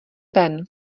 ven